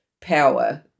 power